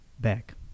back